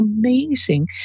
amazing